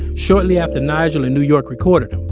shortly after nigel in new york recorded him.